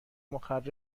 مخرب